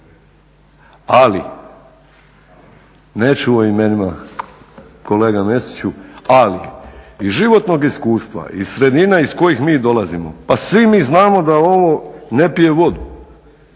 Neću o imenima kolega Mesiću, ali iz životnog iskustva iz sredine iz kojih mi dolazimo pa svi mi znamo da ovo ne pije vodu.